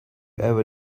ever